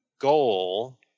goal